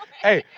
hey.